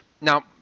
now